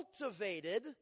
cultivated